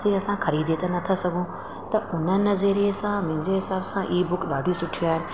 जीअं असां ख़रीदे त नथा सघूं त उन नज़रिए सां मुंहिंजे हिसाब सां ई बुक ॾाढी सुठी आहे